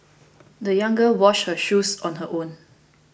the young girl washed her shoes on her own